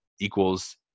equals